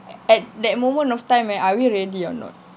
at that moment of time eh are we ready or not